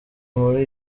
muri